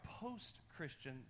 post-Christian